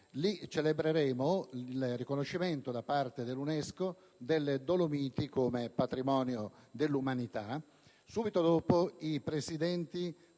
celebreremo il riconoscimento da parte dell'UNESCO delle Dolomiti come Patrimonio dell'umanità. Subito dopo, i presidenti